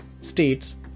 states